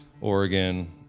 Oregon